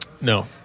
No